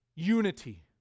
Unity